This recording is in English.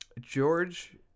George